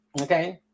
Okay